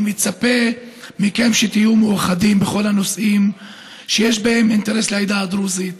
אני מצפה מכם שתהיו מאוחדים בכל הנושאים שיש בהם אינטרס לעדה הדרוזית,